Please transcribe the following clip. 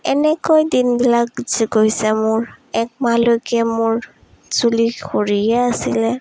এনেকৈ দিনবিলাক গৈছে মোৰ একমাহলৈকে মোৰ চুলি সৰিয়ে আছিলে